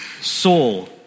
soul